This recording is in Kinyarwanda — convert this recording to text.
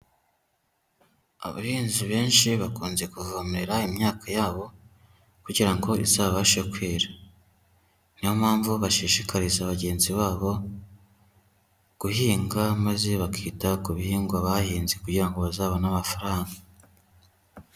Abahinzi benshi bakunze kuvomera imyaka yabo kugira ngo izabashe kwera. Niyo mpamvu bashishikariza bagenzi babo guhinga maze bakita ku bihingwa bahinze kugira ngo bazabone amafaranga.